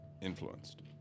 influenced